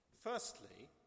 Firstly